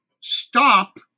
stop